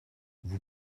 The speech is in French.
vous